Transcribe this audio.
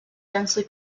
densely